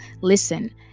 listen